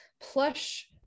plush